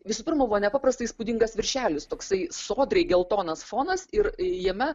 visų pirma buvo nepaprastai įspūdingas viršelis toksai sodriai geltonas fonas ir jame